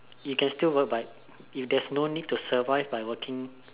you can still work but if there's no need to survive by working